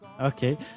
okay